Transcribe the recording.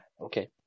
okay